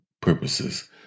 purposes